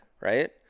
Right